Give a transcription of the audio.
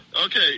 Okay